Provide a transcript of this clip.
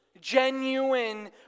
genuine